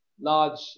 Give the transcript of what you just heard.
large